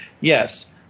Yes